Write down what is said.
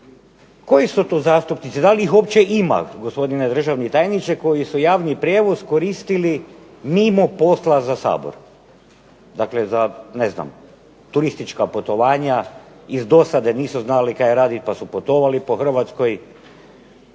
koji su to zastupnici, da li ih uopće ima gospodine državni tajniče koji su javni prijevoz koristili mimo posla za Sabor. Dakle, za ne znam turistička putovanja, iz dosade nisu znali kaj radi pa su putovali po Hrvatskoj,